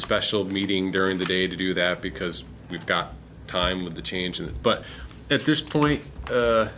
special meeting during the day to do that because we've got time with the changes but at this point